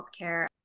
healthcare